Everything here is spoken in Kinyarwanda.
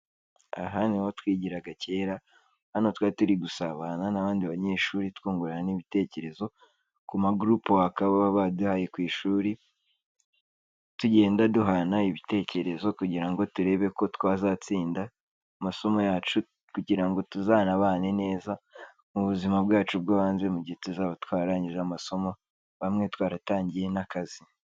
Aha ni ho twigiraga kera, hano twari turi gusabana n'abandi banyeshuri twungurana n'ibitekerezo ku ma group work baba baduhaye ku ishuri, tugenda duhana ibitekerezo kugira ngo turebe ko twazatsinda amasomo yacu kugira ngo tuzanabane neza mu buzima bwacu bwo hanze mu gihe tuzaba twararangije amasomo, bamwe twaratangiye n'akazi.